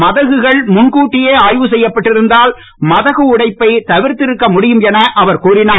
மதகுகள் முன்கூட்டியே ஆய்வு செய்யப்பட்டிருந்தால் மதகு உடைப்பை தவிர்த்து இருக்க முடியும் என அவர் கூறினார்